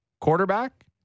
quarterback